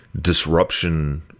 disruption